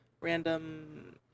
random